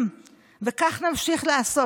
וכך נמשיך לעשות.